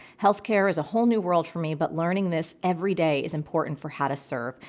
healthcare is a whole new world for me, but learning this every day is important for how to serve.